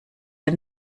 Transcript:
ein